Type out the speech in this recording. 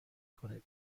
کنین